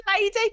lady